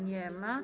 Nie ma.